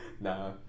nah